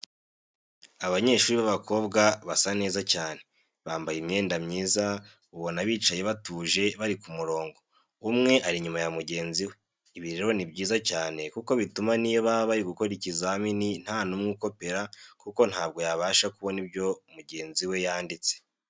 Abanyeshuri babakobwa basa neza cyane, bambaye imyenda myiza, ubona bicaye batuje bari ku murongo, umwe ari inyuma ya mugenzi we, ibi rero ni byiza cyane kuko bituma niyo baba bari gukora ibizamini nta numwe ukopera kuko ntabwo yabasha kubona ibyo mugenzi we yanditse.